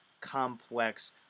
complex